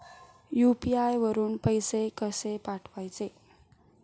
UPI वरून पैसे कसे पाठवायचे?